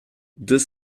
deux